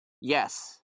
yes